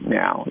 now